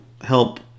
help